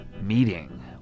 meeting